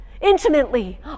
intimately